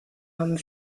haben